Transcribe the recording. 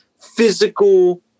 physical